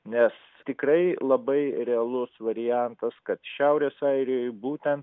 nes tikrai labai realus variantas kad šiaurės airijoj būtent